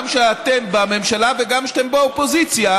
גם כשאתם בממשלה וגם כשאתם באופוזיציה,